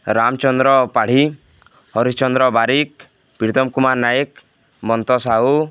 Ramachandra Padhi Harish Chandra Barik Pritam Kumar Nayak Manta Sahu